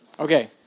Okay